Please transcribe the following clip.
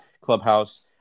clubhouse